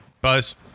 buzz